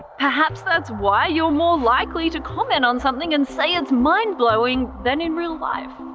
perhaps that's why you're more likely to comment on something and say it's mind-blowing than in real life.